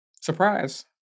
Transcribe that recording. Surprise